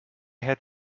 had